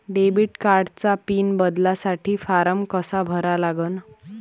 Debit कार्डचा pin बदलासाठी form कसा भरा लागन?